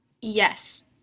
Yes